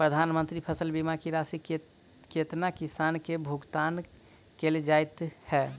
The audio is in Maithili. प्रधानमंत्री फसल बीमा की राशि केतना किसान केँ भुगतान केल जाइत है?